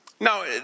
Now